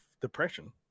depression